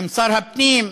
עם שר הפנים,